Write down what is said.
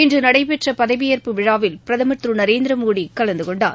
இன்றுநடைபெற்றபதவியேற்பு விழாவில் பிரதமா் திருநரேந்திரமோடிகலந்துகொண்டார்